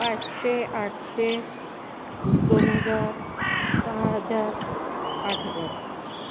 पाचशे आठशे दोन हजार सहा हजार आठ हजार